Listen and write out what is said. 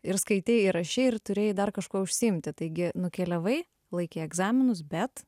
ir skaitei ir rašei ir turėjai dar kažkuo užsiimti taigi nukeliavai laikei egzaminus bet